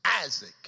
Isaac